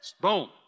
Boom